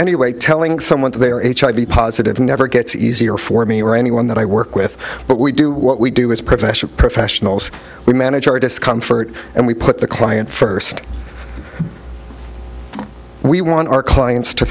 anyway telling someone that they are hiv positive never gets easier for me or anyone that i work with but we do what we do as professional professionals we manage our discomfort and we put the client first we want our clients to